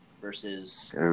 versus